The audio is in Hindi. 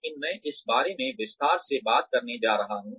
लेकिन मैं इस बारे में विस्तार से बात करने जा रहा हूं